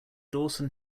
dawson